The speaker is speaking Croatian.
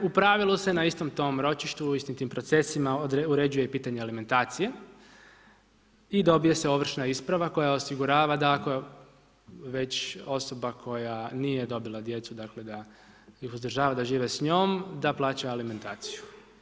U pravilu se na istom tom ročištu u istim tim procesima uređuje i pitanje alimentacije i dobije se ovršna isprava koja osigurava da ako već osoba koja nije dobila djecu dakle, da ih uzdržava da žive s njom, da plaća alimentaciju.